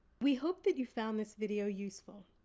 we hope that you found this video useful.